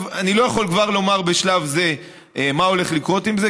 אני לא יכול כבר לומר בשלב זה מה הולך לקרות עם זה,